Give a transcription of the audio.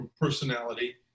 personality